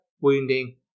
wounding